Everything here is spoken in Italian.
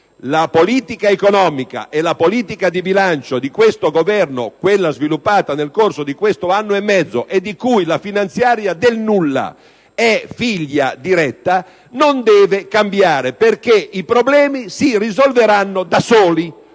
la politica economica e di bilancio di questo Governo - quella sviluppata nel corso di quest'anno e mezzo e di cui la finanziaria del nulla è figlia diretta - non deve cambiare, perché i problemi si risolveranno da soli.